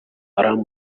haram